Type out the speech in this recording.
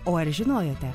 o ar žinojote